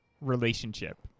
relationship